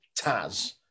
Taz